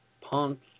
punk